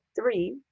three